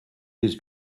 his